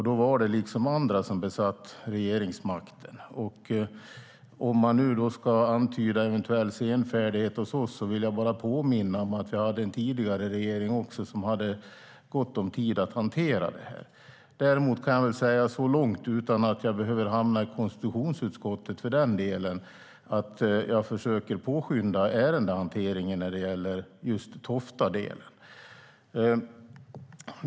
Då var det andra som satt vid regeringsmakten. Ska man antyda en eventuell senfärdighet hos oss vill jag bara påminna om att tidigare regering hade gott om tid att hantera detta. Jag kan väl säga så mycket, utan att hamna i konstitutionsutskottet, att jag försöker påskynda ärendehanteringen vad gäller Tofta.